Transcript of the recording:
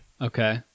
Okay